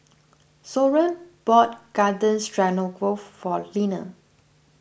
Soren bought Garden Stroganoff for Linna